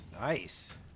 Nice